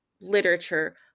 literature